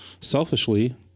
selfishly